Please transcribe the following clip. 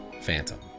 Phantom